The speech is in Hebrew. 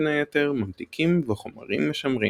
בין היתר ממתיקים וחומרים משמרים.